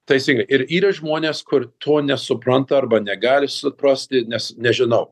teisingai ir yra žmonės kur to nesupranta arba negali suprasti nes nežinau